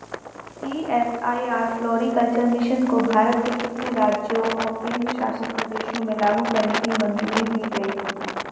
CSIR floriculture mission को भारत के कितने राज्यों और केंद्र शासित प्रदेशों में लागू करने की मंजूरी दी गई थी?